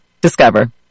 Discover